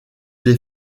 des